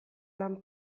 lan